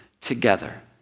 together